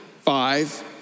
five